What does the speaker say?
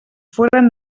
foren